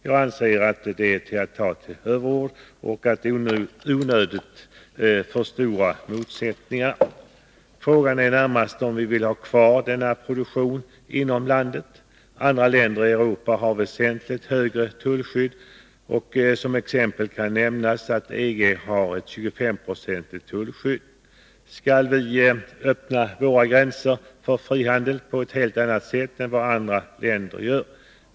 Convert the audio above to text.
Jag anser att det är att ta till överord och att onödigt mycket förstora motsättningarna. Frågan är närmast om vi vill ha kvar denna produktion inom landet. Andra länder i Europa har väsentligt högre tullskydd. Som exempel kan nämnas att EG har ett 25-procentigt tullskydd. Skall vi öppna våra gränser för frihandel på ett helt annat sätt än vad andra länder gör?